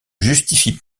justifie